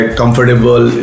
comfortable